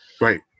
right